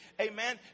Amen